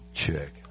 check